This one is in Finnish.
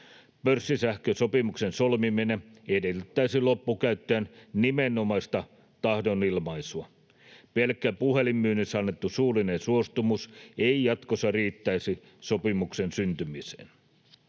Pörssisähkösopimuksen solmiminen edellyttäisi loppukäyttäjän nimenomaista tahdonilmaisua. Pelkkä puhelinmyynnissä annettu suullinen suostumus ei jatkossa riittäisi sopimuksen syntymiseen.